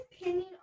opinion